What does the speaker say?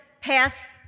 passed